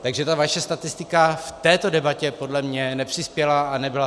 Takže ta vaše statistika v této debatě podle mě nepřispěla a nebyla fér.